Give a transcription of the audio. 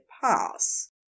pass